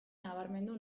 nabarmendu